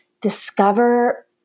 discover